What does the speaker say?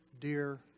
dear